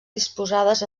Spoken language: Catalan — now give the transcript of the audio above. disposades